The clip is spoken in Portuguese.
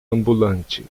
ambulante